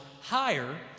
higher